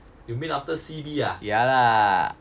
ya lah